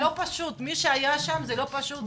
מי שהיה שם זה לא פשוט.